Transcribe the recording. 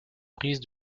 prise